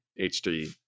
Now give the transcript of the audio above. HD